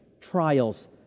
trials